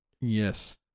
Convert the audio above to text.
Yes